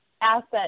asset